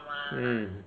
mm